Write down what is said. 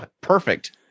Perfect